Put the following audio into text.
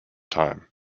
time